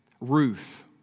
Ruth